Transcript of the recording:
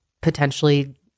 potentially